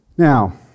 Now